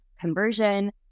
conversion